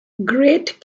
great